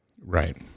Right